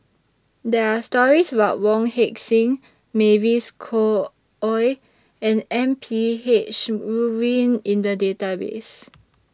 There Are stories about Wong Heck Sing Mavis Khoo Oei and M P H Rubin in The Database